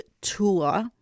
tour